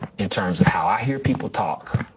in terms of how i hear people talk,